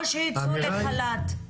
או שייצאו לחל"ת.